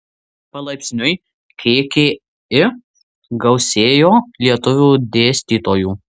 palaipsniui kki gausėjo lietuvių dėstytojų